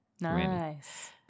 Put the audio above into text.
Nice